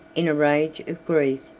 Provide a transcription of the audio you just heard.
in a rage of grief,